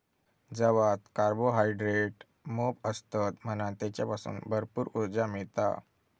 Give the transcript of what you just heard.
जवात कार्बोहायड्रेट मोप असतत म्हणान तेच्यासून भरपूर उर्जा मिळता